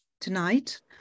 tonight